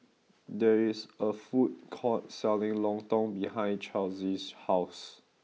there is a food court selling Lontong behind Charlsie's house